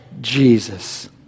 Jesus